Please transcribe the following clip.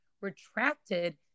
retracted